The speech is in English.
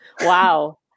Wow